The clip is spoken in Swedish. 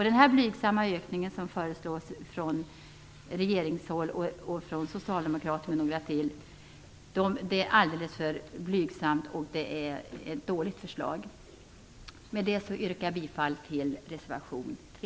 Den ökning som föreslås från regeringshåll och från något håll till är alldeles för blygsam. Det är ett dåligt förslag. Med det yrkar jag bifall till reservation 3.